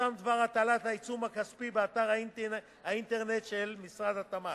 יפורסם דבר הטלת עיצום כספי באתר האינטרנט של משרד התמ"ת.